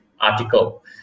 article